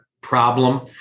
problem